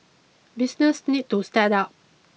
business need to step up